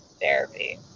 therapy